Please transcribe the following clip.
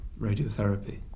radiotherapy